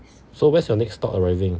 so where's your next stock arriving